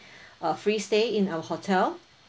uh free stay in our hotel